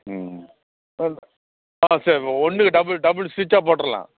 ம் பரவாயில்ல ஆ சரிப்பா ஒன்றுக்கு டபுள் டபுள் ஸ்ரிட்சாக போட்டுருலாம்